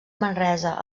manresa